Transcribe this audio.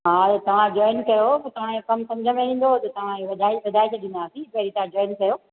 हा तव्हां जॉइन कयो पोइ तव्हांजो कमु समुझ में ईंदो त तव्हांजी वधाए वधाए छॾींदासीं पहिरीं तव्हां जॉइन कयो